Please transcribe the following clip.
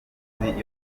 amazi